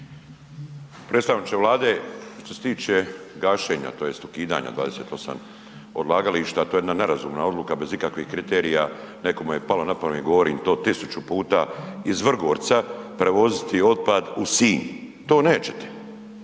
Predstavniče Vlade, što se tiče gašenja tj. ukidanja 28 odlagališta, to je jedna nerazumna odluka bez ikakvih kriterija, nekome je palo na pamet, govorim to 1000 puta, iz Vrgorca prevoziti otpad u Sinj, to nećete.